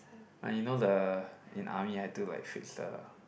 like you know the in army I had to like fix the